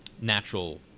natural